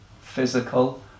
physical